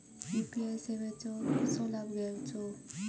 UPI सेवाचो कसो लाभ घेवचो?